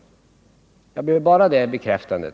Jag begär bara det bekräftandet.